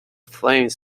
flames